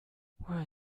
where